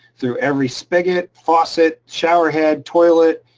through every spigot, faucet, shower head, toilet,